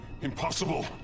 Impossible